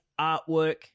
artwork